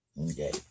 Okay